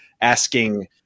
asking